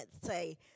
say